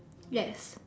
yes